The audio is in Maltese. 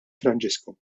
franġisku